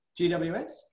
GWS